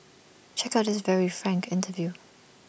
check out this very frank interview